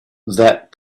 that